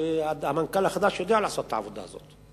שהמנכ"ל החדש יודע לעשות את העבודה הזאת,